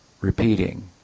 repeating